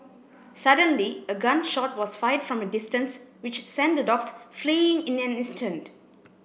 suddenly a gun shot was fired from a distance which sent the dogs fleeing in an instant